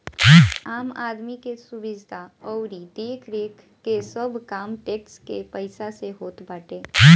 आम आदमी के सुविधा अउरी देखरेख के सब काम टेक्स के पईसा से होत बाटे